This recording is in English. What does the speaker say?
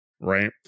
right